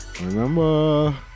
Remember